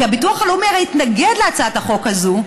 כי הביטוח הלאומי הרי התנגד להצעת החוק הזאת,